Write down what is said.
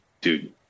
dude